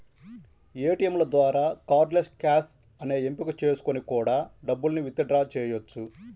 ఏటియంల ద్వారా cardless cash అనే ఎంపిక చేసుకొని కూడా డబ్బుల్ని విత్ డ్రా చెయ్యొచ్చు